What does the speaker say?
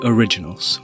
Originals